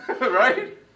right